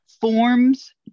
forms